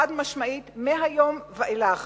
חד-משמעית, מהיום ואילך,